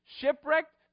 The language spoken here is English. Shipwrecked